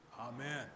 Amen